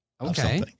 Okay